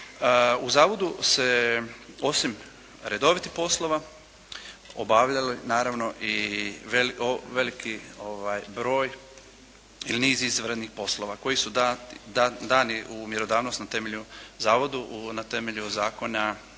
U zavodu se osim redovitih poslova obavljali naravno i veliki broj ili niz izvanrednih poslova koji su dani u mjerodavnost na temelju, zavodu na temelju zakona